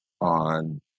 on